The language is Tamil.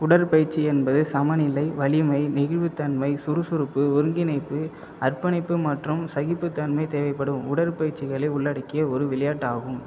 உடற்பயிற்சி என்பது சமநிலை வலிமை நெகிழ்வுத்தன்மை சுறுசுறுப்பு ஒருங்கிணைப்பு அர்ப்பணிப்பு மற்றும் சகிப்புத்தன்மை தேவைப்படும் உடல்பயிற்சிகளை உள்ளடக்கிய ஒரு விளையாட்டாகும்